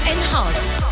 Enhanced